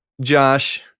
Josh